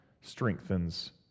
strengthens